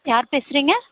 யார் பேசுகிறிங்க